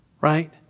right